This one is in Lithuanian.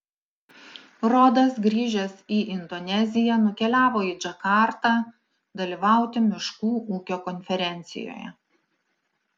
rodas grįžęs į indoneziją nukeliavo į džakartą dalyvauti miškų ūkio konferencijoje